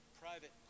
private